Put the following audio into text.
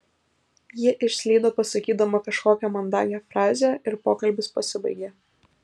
ji išslydo pasakydama kažkokią mandagią frazę ir pokalbis pasibaigė